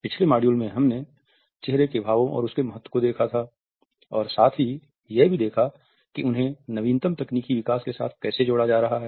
पिछले मॉड्यूल में हमने चेहरे के भावों और उनके के महत्व को देखा था और साथ ही यह भी देखा कि उन्हें नवीनतम तकनीकी विकास के साथ कैसे जोड़ा जा रहा है